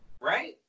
Right